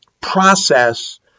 process